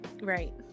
Right